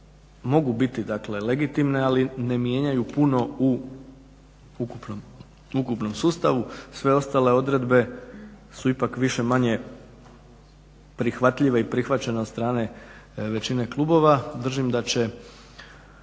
mogu biti dakle legitimne, ali ne mijenjaju puno u ukupnom sustavu, sve ostale odredbe su ipak više-manje prihvatljive i prihvaćene od strane većine klubova, držim da će